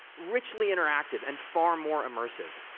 richly interactive and far more immersive.